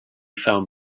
found